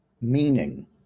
meaning